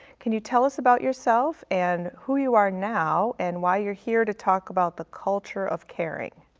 can you tell us about yourself and who you are now, and why you're hear to talk about the culture of caring?